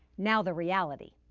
now the reality.